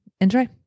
Enjoy